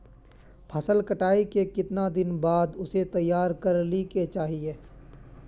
फसल कटाई के कीतना दिन बाद उसे तैयार कर ली के चाहिए?